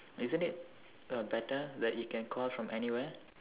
isn't it uh better that you can call from anywhere